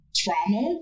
trauma